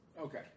Okay